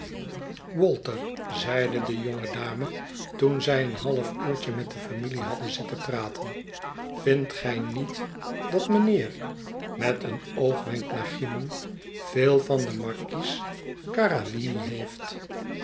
walter zeide de jonge dame toen zij een half uurtje met de familie hadden zitten praten vindt gij niet dat mijnheer met een oogwenk naar cymon veel van den markies carawini heeft